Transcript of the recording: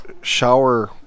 shower